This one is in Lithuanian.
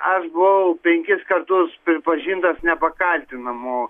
aš buvau penkis kartus pripažintas nepakaltinamu